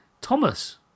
Thomas